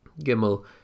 Gimel